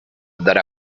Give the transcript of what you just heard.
andar